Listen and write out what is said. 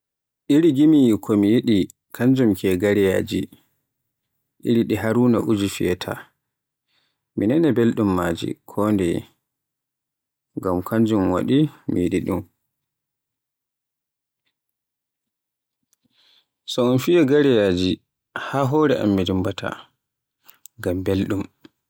Iri gimi ɗi mi yiɗi kanjum ke gareyaaji, iri ɗi Haruna Uji firaata, mi nana belɗum maaji kondeye, kanjum waɗi mi yiɗi ɗum. So un fiya gareyaaji haa hore am mi dimbaata ngam belɗum.